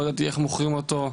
לא ידעתי שמוכרים אותו.